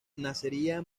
nacería